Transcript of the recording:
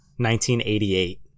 1988